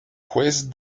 juez